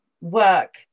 work